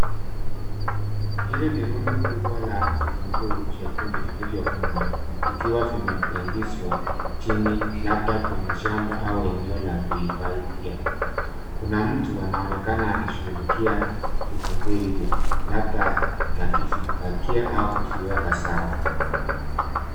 Hili ni rundu kubwa la vitunguu vyekundu vilivyovunwa vikiwa vimependizwa chini labda kwenye shamba au eneo la kuhifadhia ,kuna mtu anaonekana akishughulikia vitunguu hivi labda akipakia au kuviweka sawa.